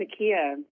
Nakia